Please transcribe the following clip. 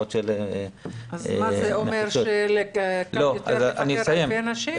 זה אומר שזה קל יותר לפטר הרבה נשים?